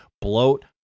Bloat